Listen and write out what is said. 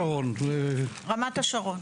אני רמת השרון,